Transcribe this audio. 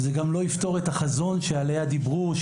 זה גם לא יפתור את החזון שעליה דיברו,